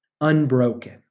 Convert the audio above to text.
unbroken